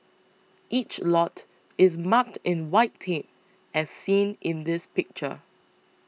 each lot is marked in white tape as seen in this picture